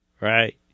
Right